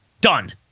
Done